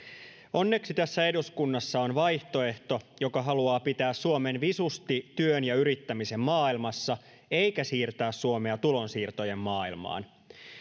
onneksi tässä eduskunnassa on vaihtoehto joka haluaa pitää suomen visusti työn ja yrittämisen maailmassa eikä siirtää suomea tulonsiirtojen maailmaan